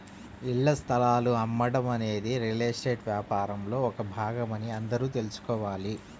ఇళ్ల స్థలాలు అమ్మటం అనేది రియల్ ఎస్టేట్ వ్యాపారంలో ఒక భాగమని అందరూ తెల్సుకోవాలి